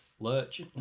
Lurch